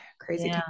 crazy